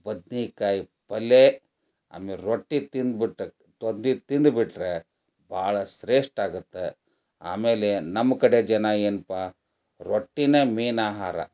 ಬದ್ನೆಕಾಯಿ ಪಲ್ಲೆ ಆಮೇಲೆ ರೊಟ್ಟಿ ತಿಂದ್ಬಿಟ್ರೆ ರೊಟ್ಟಿ ತಿಂದ್ಬಿಟ್ರೆ ಭಾಳ ಶ್ರೇಷ್ಠ ಆಗುತ್ತೆ ಆಮೇಲೆ ನಮ್ಮ ಕಡೆ ಜನ ಏನಪ್ಪ ರೊಟ್ಟಿನಾ ಮೇಯ್ನ್ ಆಹಾರ